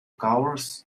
covers